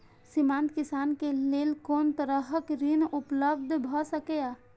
सीमांत किसान के लेल कोन तरहक ऋण उपलब्ध भ सकेया?